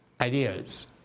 ideas